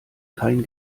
kein